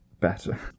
better